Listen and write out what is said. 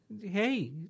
hey